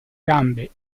gambe